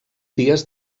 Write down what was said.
dies